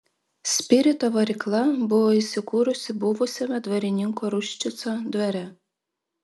spirito varykla buvo įsikūrusi buvusiame dvarininko ruščico dvare